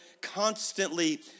constantly